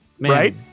Right